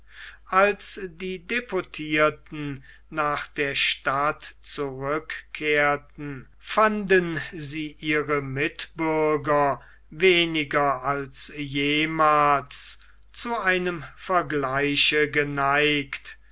als die deputierten nach der stadt zurückkehrten fanden sie ihre mitbürger weniger als jemals zu einem vergleiche geneigt